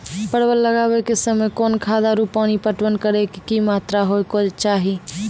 परवल लगाबै के समय कौन खाद आरु पानी पटवन करै के कि मात्रा होय केचाही?